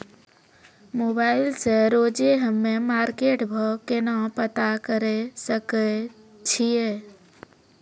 Mobile से रोजे हम्मे मार्केट भाव केना पता करे सकय छियै?